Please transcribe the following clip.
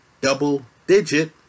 double-digit